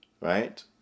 Right